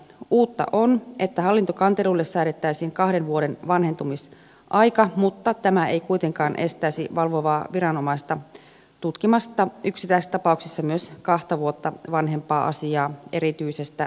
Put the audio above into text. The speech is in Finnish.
uutta on että hallintokanteluille säädettäisiin kahden vuoden vanhentumisaika mutta tämä ei kuitenkaan estäisi valvovaa viranomaista tutkimasta yksittäistapauksissa myös kahta vuotta vanhempaa asiaa erityisestä syystä